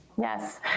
Yes